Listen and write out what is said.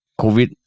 COVID